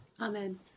amen